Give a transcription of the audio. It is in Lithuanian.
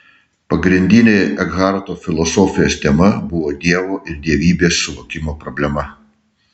pagrindinė ekharto filosofijos tema buvo dievo ir dievybės suvokimo problema